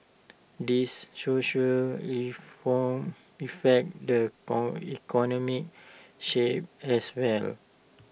these social reforms affect the economic as well